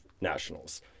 nationals